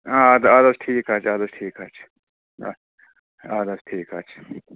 آ اَدٕ اَدٕ حظ ٹھیٖک حظ چھُ اَدٕ حظ ٹھیٖک حظ چھُ اَدٕ حظ ٹھیٖک حظ چھُ